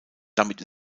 damit